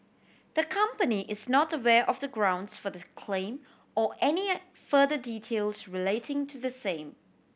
the company is not aware of the grounds for the claim or any further details relating to the same